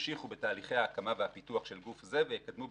ימשיכו בתהליכי ההקמה והפיתוח של גוף זה ויקדמו,